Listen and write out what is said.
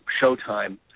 Showtime